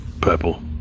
purple